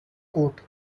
court